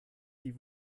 die